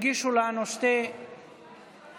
הגישו לנו שתי בקשות,